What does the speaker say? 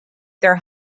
their